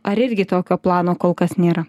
ar irgi tokio plano kol kas nėra